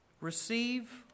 Receive